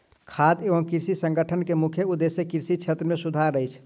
खाद्य एवं कृषि संगठन के मुख्य उदेश्य कृषि क्षेत्र मे सुधार अछि